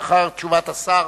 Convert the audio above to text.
לאחר תשובת השר